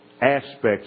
aspects